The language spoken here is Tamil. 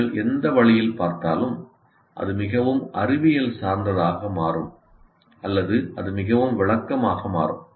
நீங்கள் எந்த வழியில் பார்த்தாலும் அது மிகவும் அறிவியல் சார்ந்ததாக மாறும் அல்லது அது மிகவும் விளக்கமாக மாறும்